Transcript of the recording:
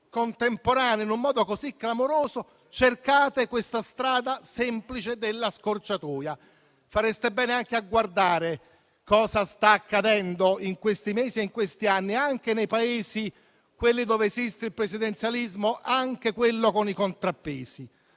contemporanee in un modo così clamoroso? Cercate la strada semplice della scorciatoia. Fareste bene anche a guardare cosa sta accadendo, in questi mesi e in questi anni, anche nei Paesi dove esiste il presidenzialismo, anche con il sistema dei